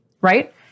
right